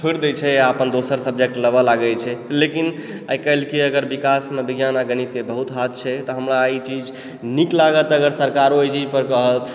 छोड़ि दै छै आ अपन दोसर सब्जेक्ट लऽ कऽ लेबऽ लागै छै लेकिन आइकाल्हिके अगर विकासमे विज्ञान आ गणितके बहुत हाथ छै नीक लागत अगर सरकारो ओहि चीज पर कहत